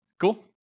Cool